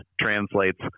translates